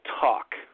talk